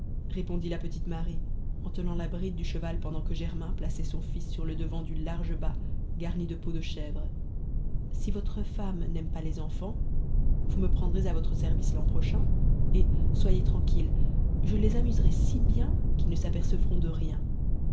répondit la petite marie en tenant la bride du cheval pendant que germain plaçait son fils sur le devant du large bât garni de peau de chèvre si votre femme n'aime pas les enfants vous me prendrez à votre service l'an prochain et soyez tranquille je les amuserai si bien qu'ils ne s'apercevront de rien